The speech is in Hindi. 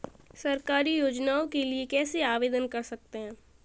सरकारी योजनाओं के लिए कैसे आवेदन कर सकते हैं?